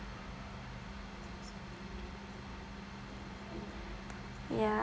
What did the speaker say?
ya